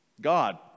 God